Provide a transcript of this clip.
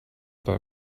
bei